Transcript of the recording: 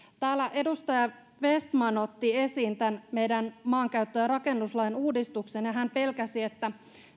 täällä kun edustaja vestman otti esiin tämän meidän maankäyttö ja rakennuslain uudistuksen ja pelkäsi että